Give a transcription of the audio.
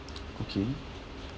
okay